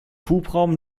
hubraum